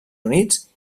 units